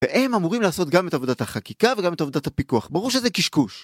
והם אמורים לעשות גם את עבודת החקיקה וגם את עבודת הפיקוח, ברור שזה קשקוש.